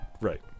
Right